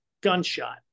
gunshot